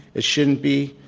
it shouldn't be.